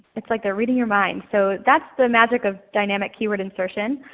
it's like they're reading your mind. so that's the magic of dynamic keyword insertion.